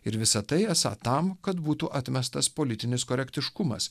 ir visa tai esą tam kad būtų atmestas politinis korektiškumas